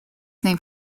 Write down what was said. named